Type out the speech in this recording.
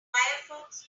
firefox